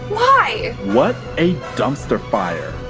why? what a dumpster fire.